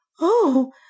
Oh